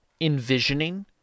envisioning